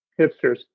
hipsters